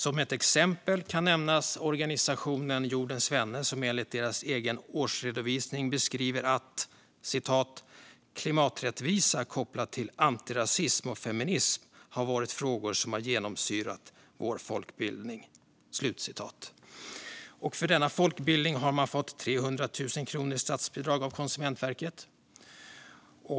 Som ett exempel kan nämnas organisationen Jordens Vänner, som i sin egen årsredovisning beskriver att "klimaträttvisa kopplat till antirasism och feminism har varit frågor som vi har genomsyrat vår folkbildning". För denna folkbildning har man fått 300 000 kronor i statsbidrag av Konsumentverket.